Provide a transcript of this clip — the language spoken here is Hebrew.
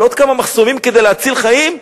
על עוד כמה מחסומים כדי להציל חיים?